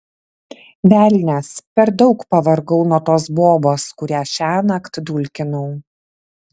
velnias per daug pavargau nuo tos bobos kurią šiąnakt dulkinau